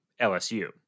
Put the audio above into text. LSU